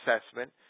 assessment